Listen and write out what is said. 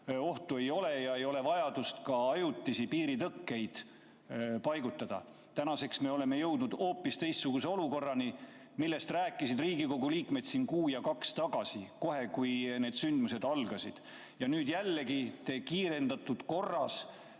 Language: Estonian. ohtu ei ole ja ei ole vajadust ka ajutisi piiritõkkeid paigaldada. Tänaseks me oleme jõudnud hoopis teistsuguse olukorrani. Olukorrani, millest rääkisid Riigikogu liikmed siin kuu ja kaks tagasi, kohe, kui need sündmused algasid. Ja nüüd jällegi te kiirendatud korras